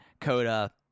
Coda